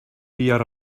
bihar